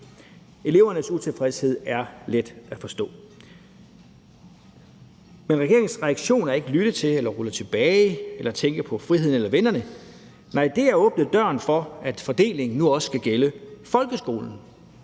Elevernes utilfredshed er let at forstå. Men regeringens reaktion er ikke at lytte eller rulle tilbage eller tænke på friheden eller vennerne, nej, det er at åbne døren for, at fordelingen nu også skal gælde i folkeskolen